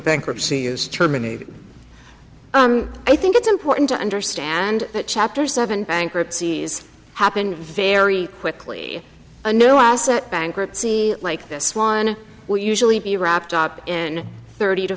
bankruptcy is terminated i think it's important to understand that chapter seven bankruptcy happen very quickly a new asset bankruptcy like this one will usually be wrapped up in thirty to